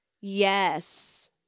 Yes